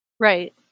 Right